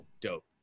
dope